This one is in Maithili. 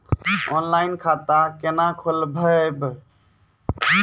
ऑनलाइन खाता केना खोलभैबै?